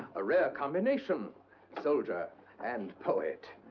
a rare combination soldier and poet.